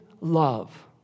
love